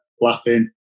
laughing